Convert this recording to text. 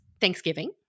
Thanksgiving